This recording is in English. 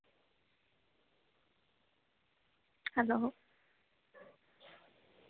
hello